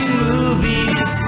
movies